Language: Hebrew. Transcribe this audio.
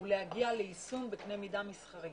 ולהגיע ליישום בקנה מידה מסחרי.